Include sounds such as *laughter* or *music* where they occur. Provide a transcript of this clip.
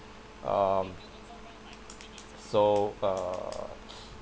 um so uh *noise*